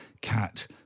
cat